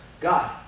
God